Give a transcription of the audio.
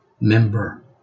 member